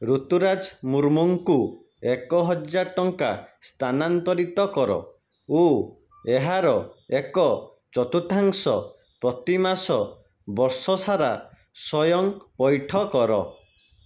ରୁତୁରାଜ ମୁର୍ମୁଙ୍କୁ ଏକ ହଜାର ଟଙ୍କା ସ୍ଥାନାନ୍ତରିତ କର ଓ ଏହାର ଏକ ଚତୁର୍ଥାଂଶ ପ୍ରତିମାସ ବର୍ଷସାରା ସ୍ଵୟଂ ପଇଠ କର